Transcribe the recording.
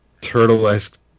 turtle-esque